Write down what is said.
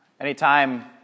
anytime